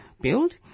build